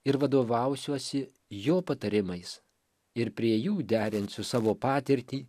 ir vadovausiuosi jo patarimais ir prie jų derinsiu savo patirtį